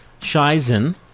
Shizen